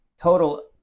total